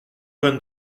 vingt